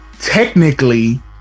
technically